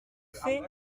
fait